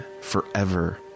forever